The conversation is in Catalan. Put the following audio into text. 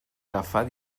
agafar